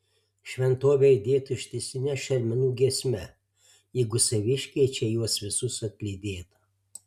šventovė aidėtų ištisine šermenų giesme jeigu saviškiai čia juos visus atlydėtų